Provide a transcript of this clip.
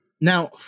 Now